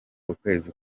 ukwezi